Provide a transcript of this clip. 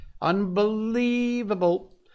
unbelievable